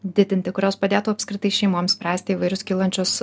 didinti kurios padėtų apskritai šeimoms spręsti įvairius kylančius